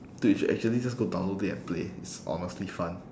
dude you should actually just go download it and play it's honestly fun